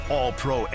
All-Pro